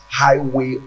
highway